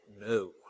No